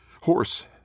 Horse